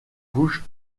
rouge